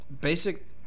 basic